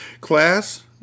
Class